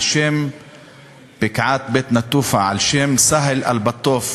על-שם בקעת בית-נטופה, על-שם סהל-אלבטוף,